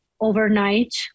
overnight